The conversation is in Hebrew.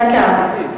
דקה.